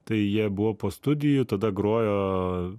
tai jie buvo po studijų tada grojo